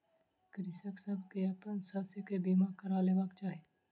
कृषक सभ के अपन शस्य के बीमा करा लेबाक चाही